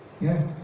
Yes